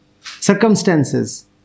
circumstances